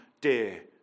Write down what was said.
dear